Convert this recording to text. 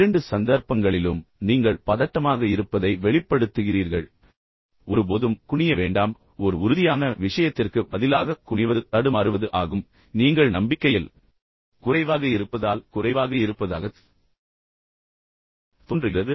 இரண்டு சந்தர்ப்பங்களிலும் நீங்கள் பதட்டமாக இருப்பதை வெளிப்படுத்துகிறீர்கள் ஒருபோதும் குனிய வேண்டாம் ஒரு உறுதியான விஷயத்திற்கு பதிலாக குனிவது வெறுமனே தடுமாறுவது ஆகும் பின்னர் நீங்கள் நம்பிக்கையில் குறைவாக இருப்பதால் மிகவும் குறைவாக இருப்பதாகத் தோன்றுகிறது